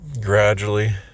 Gradually